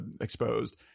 exposed